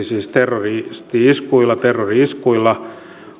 siis terrori iskuilla terrori iskuilla